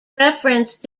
reference